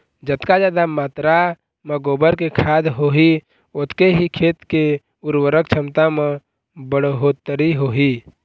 जतका जादा मातरा म गोबर के खाद होही ओतके ही खेत के उरवरक छमता म बड़होत्तरी होही